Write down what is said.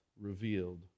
revealed